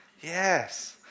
Yes